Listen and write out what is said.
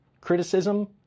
criticism